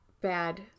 bad